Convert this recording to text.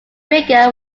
rigger